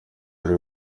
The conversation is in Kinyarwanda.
ari